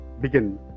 begin